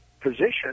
position